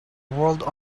world